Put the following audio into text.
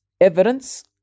evidence